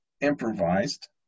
improvised